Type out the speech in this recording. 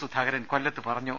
സുധാകരൻ കൊല്ലത്ത് പറഞ്ഞു